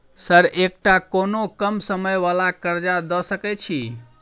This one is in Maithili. सर एकटा कोनो कम समय वला कर्जा दऽ सकै छी?